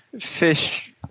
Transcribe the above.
fish